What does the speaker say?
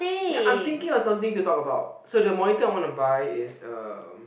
ya I'm thinking of something to talk about so the monitor I want to buy is um